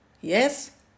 Yes